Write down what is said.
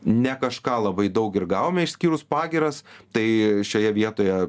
ne kažką labai daug ir gavome išskyrus pagyras tai šioje vietoje